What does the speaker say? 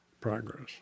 progress